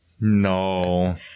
No